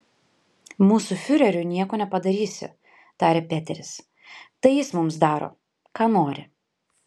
mūsų fiureriui nieko nepadarysi tarė peteris tai jis mums daro ką nori